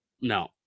No